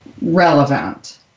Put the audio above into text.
relevant